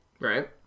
Right